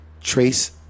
trace